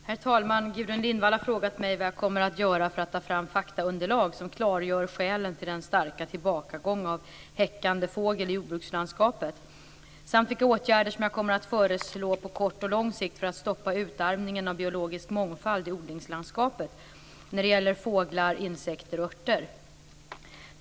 Herr talman! Gudrun Lindvall har frågat mig vad jag kommer att göra för att ta fram faktaunderlag som klargör skälen till den starka tillbakagången av häckande fågel i jordbrukslandskapet samt vilka åtgärder jag kommer att föreslå på kort och lång sikt för att stoppa utarmningen av biologisk mångfald i odlingslandskapet när det gäller fåglar, insekter och örter.